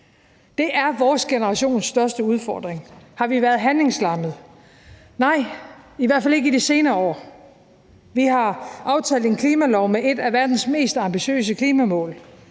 Det er vores generations største udfordring. Har vi været handlingslammede? Nej, i hvert fald ikke i de senere år. Vi har aftalt en klimalov med et af verdens mest ambitiøse klimamål,